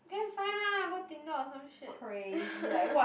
go and find lah go Tinder or some shit